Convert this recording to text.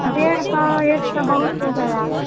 डेढ़ सौ एक सौ बहुत हो गया